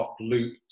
Loop